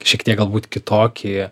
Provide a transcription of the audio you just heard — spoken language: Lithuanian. šiek tiek galbūt kitokį